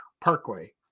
Parkway